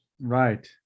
Right